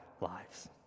lives